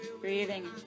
Breathing